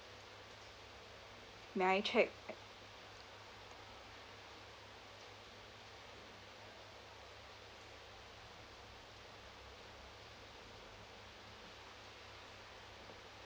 may I check